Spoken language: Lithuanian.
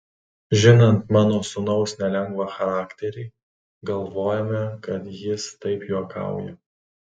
žinant mano sūnaus nelengvą charakterį galvojome kad jis taip juokauja